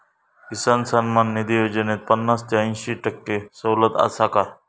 किसान सन्मान निधी योजनेत पन्नास ते अंयशी टक्के सवलत आसा काय?